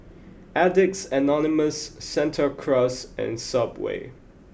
addicts Anonymous Santa Cruz and subway